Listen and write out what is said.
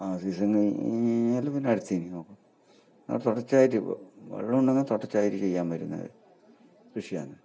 ആ സീസണിൽ ഇല്ലേൽ പിന്നെ അടുത്തതിൽ നോക്കും അങ്ങനെ തുടർച്ചയായിട്ട് വെള്ളം ഉണ്ടെങ്കിൽ തുടർച്ചയായിട്ട് ചെയ്യാൻ പറ്റുന്ന കൃഷിയാണ്